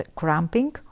cramping